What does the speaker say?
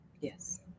yes